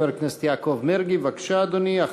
חבר הכנסת יעקב מרגי, בבקשה, אדוני.